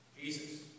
Jesus